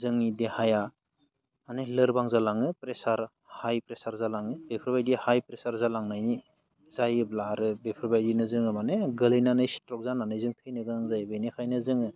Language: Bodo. जोंनि देहाया माने लोरबां जालाङो प्रेसार हाय प्रेसार जालाङो बेफोरबायदि हाय प्रेसार जालांनायनि जायोब्ला आरो बेफोरबायदिनो जोङो माने गोलैनानै स्ट्र'क जानानै जों थैनो गोनां जायो बेनिखायनो जोङो